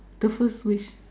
the first wish